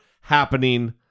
happening